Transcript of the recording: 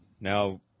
Now